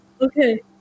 Okay